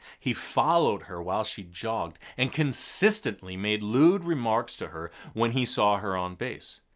he followed her while she jogged and consistently made lewd remarks to her when he saw her on base.